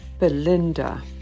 Belinda